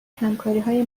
همکاریهای